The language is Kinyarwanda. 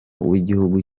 w’igihugu